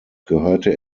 gehörte